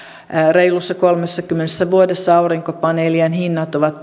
reilussa kolmessakymmenessä vuodessa aurinkopaneelien hinnat ovat